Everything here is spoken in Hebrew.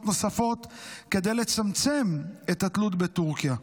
נוספות כדי לצמצם את התלות בטורקיה.